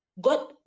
God